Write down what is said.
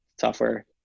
software